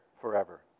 forever